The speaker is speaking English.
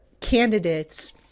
candidates